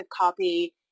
copy